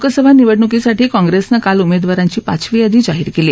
लोकसभा निवडणुकीसाठी काँप्रेसनं काल उमेदवारांची पाचवी यादी जाहीर केली